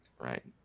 Right